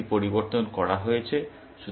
সুতরাং এটি পরিবর্তন করা হয়েছে